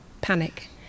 panic